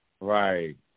Right